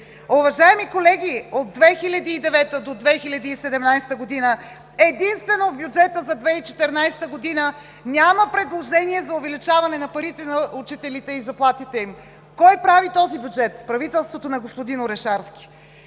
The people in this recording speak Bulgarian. Уважаеми колеги, от 2009 г. до 2017 г. единствено в бюджета за 2014 г. няма предложение за увеличаване на парите на учителите и заплатите им. Кой прави този бюджет? Правителството на господин Орешарски!